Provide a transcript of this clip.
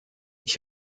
ich